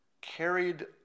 carried